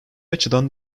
açıdan